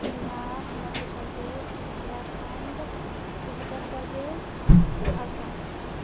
Bihar Madhya Pradesh Uttarakhand Uttar Pradesh Assam